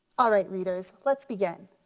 all right readers, let's begin.